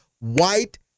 white